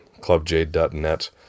Clubjade.net